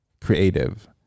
creative